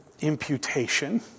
imputation